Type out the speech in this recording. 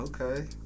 Okay